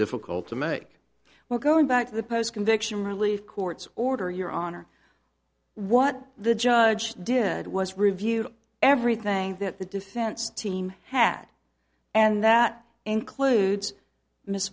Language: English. difficult to make we're going back to the post conviction relief court's order your honor what the judge did was review everything that the defense team had and that includes miss